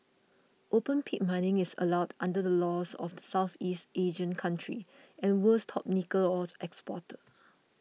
open pit mining is allowed under the laws of the Southeast Asian country and world's top nickel ore exporter